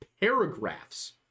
paragraphs